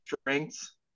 strengths